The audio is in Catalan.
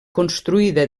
construïda